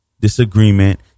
disagreement